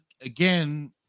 again